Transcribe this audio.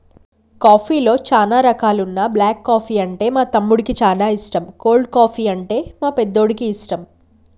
కాఫీలో చానా రకాలున్న బ్లాక్ కాఫీ అంటే మా తమ్మునికి చానా ఇష్టం, కోల్డ్ కాఫీ, అంటే మా పెద్దోడికి ఇష్టం